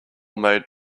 made